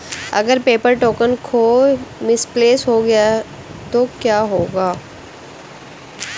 अगर paper token खो misplaced गया तो क्या होगा?